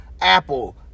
Apple